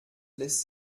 lässt